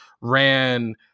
ran